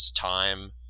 time